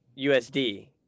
USD